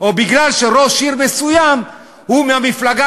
או בגלל שראש עיר מסוים הוא מהמפלגה